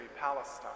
Palestine